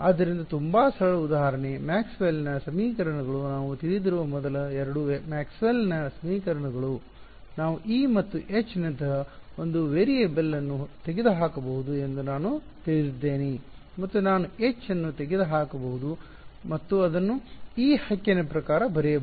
ಆದ್ದರಿಂದ ತುಂಬಾ ಸರಳ ಉದಾಹರಣೆ ಮ್ಯಾಕ್ಸ್ವೆಲ್ Maxwell's ನ ಸಮೀಕರಣಗಳು ನಾವು ತಿಳಿದಿರುವ ಮೊದಲ ಎರಡು ಮ್ಯಾಕ್ಸ್ವೆಲ್ನ ಸಮೀಕರಣಗಳು ನಾವು E ಮತ್ತು H ನಂತಹ ಒಂದು ವೇರಿಯೇಬಲ್ ಅನ್ನು ತೆಗೆದುಹಾಕಬಹುದು ಎಂದು ನಾನು ತಿಳಿದಿದ್ದೇನೆ ಮತ್ತು ನಾನು H ಅನ್ನು ತೆಗೆದುಹಾಕಬಹುದು ಮತ್ತು ಅದನ್ನು E ಹಕ್ಕಿನ ಪ್ರಕಾರ ಬರೆಯಬಹುದು